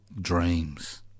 dreams